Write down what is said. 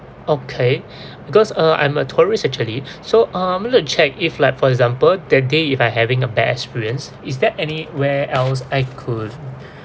okay because uh I'm a tourist actually so mm I would like to check if like for example that day if I having a bad experience is there any where else I could